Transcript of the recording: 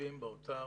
התקציבים באוצר